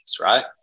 right